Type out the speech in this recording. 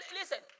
listen